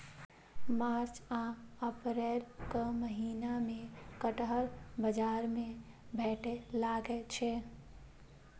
मार्च आ अप्रैलक महीना मे कटहल बाजार मे भेटै लागै छै